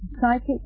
psychic